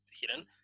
hidden